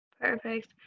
Perfect